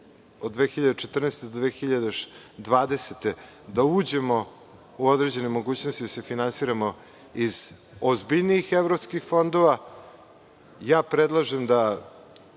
od 2014. do 2020. godine, da uđemo u određene mogućnosti i da se finansiramo iz ozbiljnijih evropskih fondova. Predlažem da